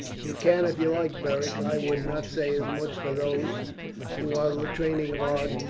you can if you like, beric. i would not say as much for those who are training hard,